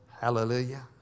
Hallelujah